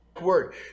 Word